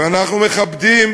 ואנחנו מכבדים